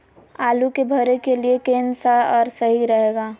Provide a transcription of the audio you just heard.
आलू के भरे के लिए केन सा और सही रहेगा?